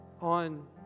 on